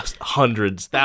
Hundreds